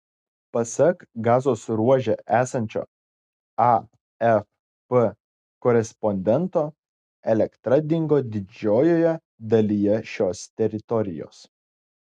pasak gazos ruože esančio afp korespondento elektra dingo didžiojoje dalyje šios teritorijos